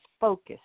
focus